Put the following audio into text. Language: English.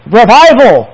revival